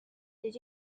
did